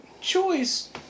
choice